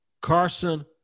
Carson